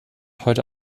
heute